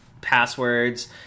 passwords